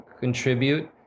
contribute